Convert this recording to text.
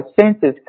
senses